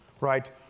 right